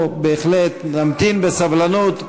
אוקיי, אנחנו בהחלט נמתין בסבלנות.